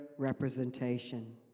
representation